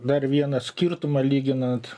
dar vieną skirtumą lyginant